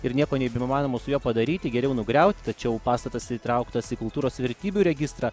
ir nieko nebeįmanoma su juo padaryti geriau nugriaut tačiau pastatas įtrauktas į kultūros vertybių registrą